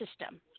system